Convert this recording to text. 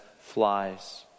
flies